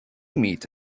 meet